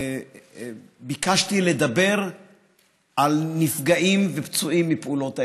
ביקשתי לדבר על נפגעים ופצועים מפעולות האיבה.